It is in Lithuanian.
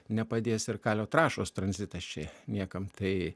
nepadės ir kalio trąšos tranzitas čia niekam tai